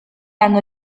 hanno